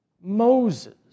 Moses